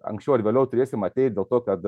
anksčiau ar vėliau turėsim ateit dėl to kad